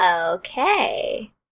Okay